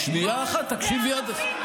שנייה אחת, תקשיבי עד הסוף.